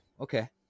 okay